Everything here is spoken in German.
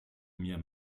mir